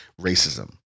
racism